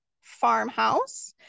farmhouse